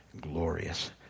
glorious